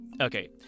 Okay